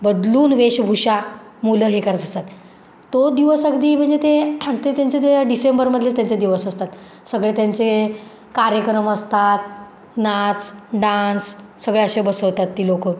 बदलून वेशभूषा मुलं हे करत असतात तो दिवस अगदी म्हणजे ते आणि ते त्यांचे ते डिसेंबरमधले त्यांचे दिवस असतात सगळे त्यांचे कार्यक्रम असतात नाच डान्स सगळे असे बसवतात ती लोकं